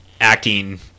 acting